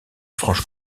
franche